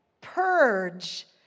purge